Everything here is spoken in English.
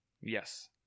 yes